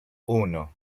uno